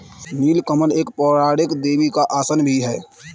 नील कमल एक पौराणिक देवी का आसन भी है